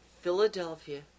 Philadelphia